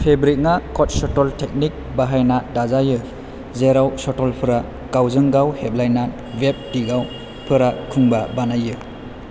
फैब्रिकआ cut shuttle तकनीक' बाहायना दाजायो जेराव शटलफोरा गावजोंगाव हेबलायना वेप्त दिगाव फोड़ा कुंभा बानायो